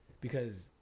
Because-